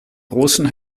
großen